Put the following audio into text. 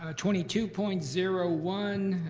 ah twenty two point zero one.